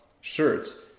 shirts